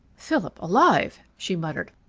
philip alive! she muttered.